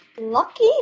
Lucky